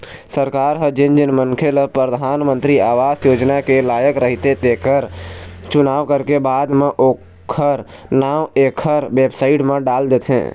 सरकार ह जेन जेन मनखे ल परधानमंतरी आवास योजना के लायक रहिथे तेखर चुनाव करके बाद म ओखर नांव एखर बेबसाइट म डाल देथे